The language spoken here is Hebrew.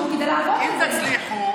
אם תצליחו,